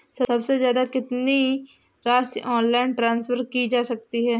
सबसे ज़्यादा कितनी राशि ऑनलाइन ट्रांसफर की जा सकती है?